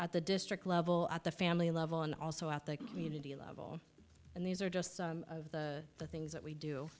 at the district level at the family level and also at the community level and these are just some of the things that we do